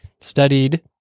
studied